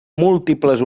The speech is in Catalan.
múltiples